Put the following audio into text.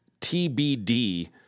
TBD